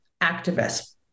activists